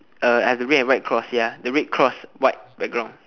uh I have the red and white cross ya the red cross white background